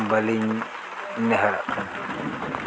ᱵᱟᱹᱞᱤᱧ ᱱᱮᱦᱚᱨᱚᱜ ᱠᱟᱱᱟ